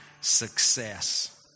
success